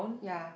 ya